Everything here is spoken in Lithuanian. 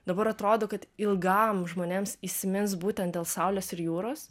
dabar atrodo kad ilgam žmonėms įsimins būtent dėl saulės ir jūros